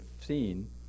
seen